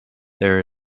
there